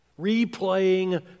Replaying